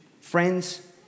friends